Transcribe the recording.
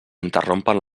interrompen